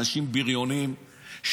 אנשים בריונים,